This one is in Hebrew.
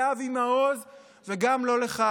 לאבי מעוז וגם לא לך,